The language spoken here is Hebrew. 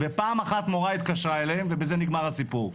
ופעם אחת מורה התקשרה אליהם ובזה נגמר הסיפור.